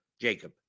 Jacob